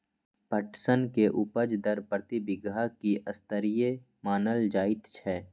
पटसन के उपज दर प्रति बीघा की स्तरीय मानल जायत छै?